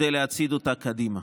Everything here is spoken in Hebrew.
כדי להצעיד אותה קדימה.